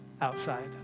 outside